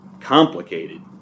complicated